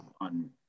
on